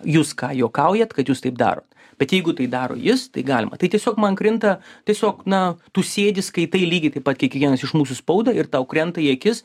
jūs ką juokaujat kad jūs taip darot bet jeigu tai daro jis tai galima tai tiesiog man krinta tiesiog na tu sėdi skaitai lygiai taip pat kiekvienas iš mūsų spaudą ir tau krenta į akis